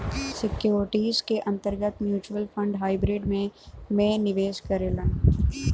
securities के अंतर्गत mutual fund hybrid में में निवेश करेलन